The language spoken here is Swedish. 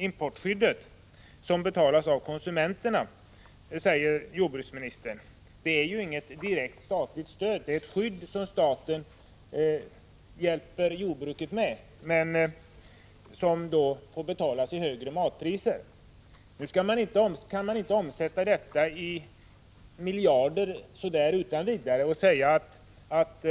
Importstödet, som ju betalas av konsumenterna precis som jordbruksministern sade, är inget direkt statligt stöd. Det är ett skydd som staten hjälper jordbruket med men som får betalas i form av högre matpriser. Detta kan man inte så där utan vidare omsätta i miljarder och säga att